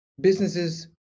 businesses